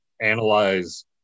analyze